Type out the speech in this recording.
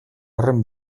horren